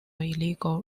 illegal